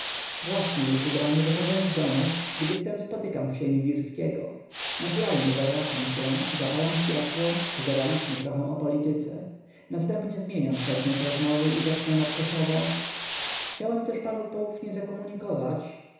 właśnie już ubrany wychodzę z domu gdy wtem spotykam w sieni wirskiego naturalnie zawracam się zapalam światło pogadaliśmy trochę o polityce następnie zmieniam przedmiot rozmowy i zaczynam obcesowo chciałem też panu poufnie zakomunikować